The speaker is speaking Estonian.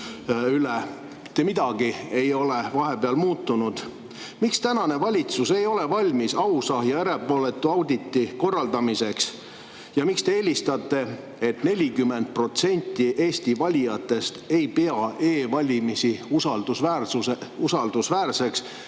midagi ei ole vahepeal muutunud. Miks tänane valitsus ei ole valmis ausa ja erapooletu auditi korraldamiseks? Miks te eelistate seda, et 40% Eesti valijatest ei pea e‑valimisi usaldusväärseks?